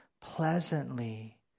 pleasantly